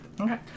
Okay